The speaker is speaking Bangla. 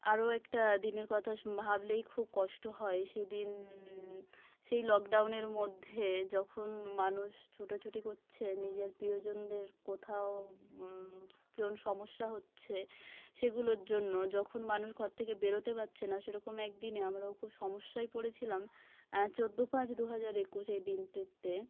আরও একটা দিনের কথা শো ভাবলেই খুব কষ্ট হয় সেদিন সেই লকডাউনের মধ্যে যখন মানুষ ছোটাছুটি করছে নিজের প্রিয়জনদের কোথাও কোন সমস্যা হচ্ছে সেগুলোর জন্য যখন মানুষ ঘর থেকে বেরোতে পারছে না সেরকমই একদিনে আমরাও খুব সমস্যায় পড়েছিলাম চোদ্দ পাঁচ দু হাজার একুশ এই দিনটিতে